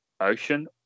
Ocean